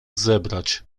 zebrać